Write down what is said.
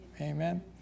Amen